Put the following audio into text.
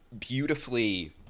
beautifully